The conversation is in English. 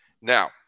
Now